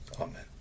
Amen